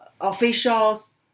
officials